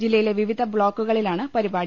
ജില്ലയിലെ വിവിധ ബ്ലോക്കു കളിലാണ് പരിപാടി